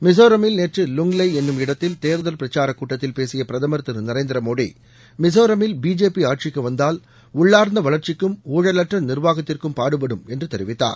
மிசோரமில் நேற்று லுங்லெய் என்னும் இடத்தில் தேர்தல் பிரக்சார கூட்டத்தில் பேசிய பிரதமர் திரு நரேந்திர மோடி மிசோரமில் பிஜேபி ஆட்சிக்கு வந்தால் உள்ளார்ந்த வளர்ச்சிக்கும் ஊழலற்ற நிர்வாகத்திற்கும் பாடுபடும் என்று தெரிவித்தார்